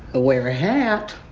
wear a hat,